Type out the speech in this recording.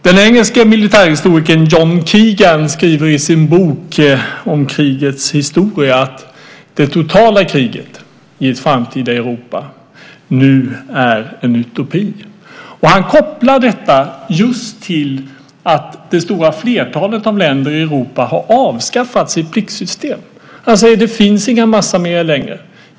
Den engelske militärhistorikern John Keegan skriver i sin bok om krigets historia att det totala kriget i ett framtida Europa nu är en utopi. Han kopplar detta just till att det stora flertalet länder i Europa har avskaffat sitt pliktsystem. Det finns inga massarméer längre.